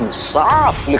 sorrows.